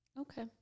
Okay